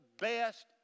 best